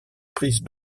prise